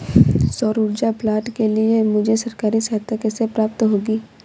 सौर ऊर्जा प्लांट के लिए मुझे सरकारी सहायता कैसे प्राप्त होगी?